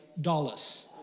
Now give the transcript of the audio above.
dollars